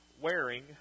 wearing